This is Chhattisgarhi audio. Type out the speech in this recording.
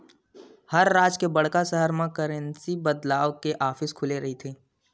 हर राज के बड़का सहर म करेंसी बदलवाय के ऑफिस खुले रहिथे